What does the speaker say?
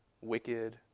wicked